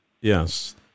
Yes